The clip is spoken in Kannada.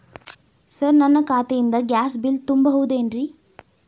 ಸರ್ ನನ್ನ ಖಾತೆಯಿಂದ ಗ್ಯಾಸ್ ಬಿಲ್ ತುಂಬಹುದೇನ್ರಿ?